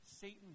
Satan